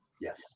yes